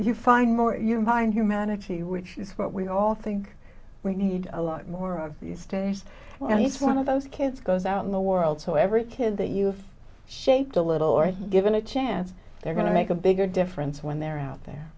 if you find more you mind humanity which is what we all think we need a lot more of these days when each one of those kids goes out in the world so every kid that you've shaped a little or given a chance they're going to make a bigger difference when they're